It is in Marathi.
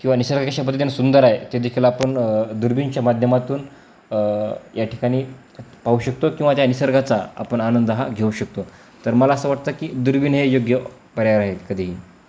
किंवा निसर्ग कशा पद्धतीने सुंदर आहे ते देखील आपण दुर्बिणच्या माध्यमातून या ठिकाणी पाहू शकतो किंवा त्या निसर्गाचा आपण आनंद हा घेऊ शकतो तर मला असं वाटतं की दुर्बिण हे योग्य पर्याय राहील कधीही